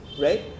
Right